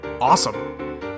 Awesome